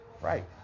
Right